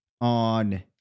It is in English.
on